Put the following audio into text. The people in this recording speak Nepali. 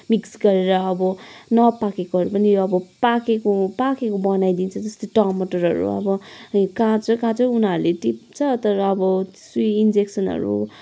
मिक्स गरेर अब नपाकेकोहरू पनि यो अब पाकेको पाकेको बनाइदिन्छ जस्तै टमाटरहरू अब काँचो काँचो उनीहरूले टिप्छ तर अब सुई इन्जेक्सनहरू